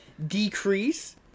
decrease